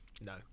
No